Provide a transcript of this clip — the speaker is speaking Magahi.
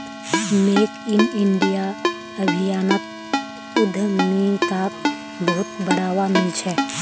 मेक इन इंडिया अभियानोत उद्यमिताक बहुत बढ़ावा मिल छ